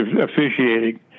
officiating